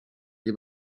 nie